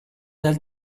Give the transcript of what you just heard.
del